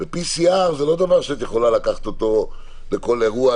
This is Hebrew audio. PCR זה לא דבר שאת יכולה לקחת אותו לכל אירוע,